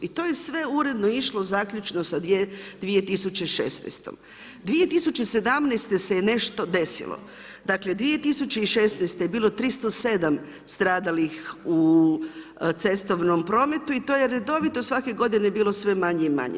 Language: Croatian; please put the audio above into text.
I to je sve uredno išlo zaključno sa 2016. 2017. se nešto desilo, dakle 2016. je bilo 307 stradalih u cestovnom prometu i to je redovito svake godine bilo sve manje i manje.